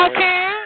Okay